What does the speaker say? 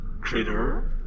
Critter